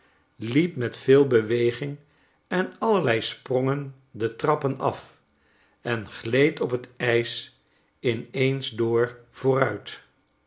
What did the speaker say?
liep met veel beweging en allerlei sprongen de trappen af en gleed op het ijs in eens door vooruit